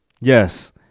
Yes